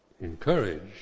encourage